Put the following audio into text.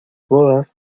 bodas